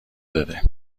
داده